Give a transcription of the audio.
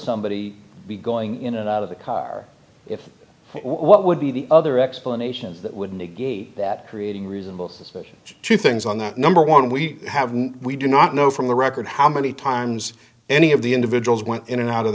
somebody be going in and out of the car if what would be the other explanations that would negate that creating reasonable suspicion to things on that number one we have now we do not know from the record how many times any of the individuals went in and out of